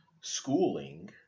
schooling